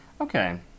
Okay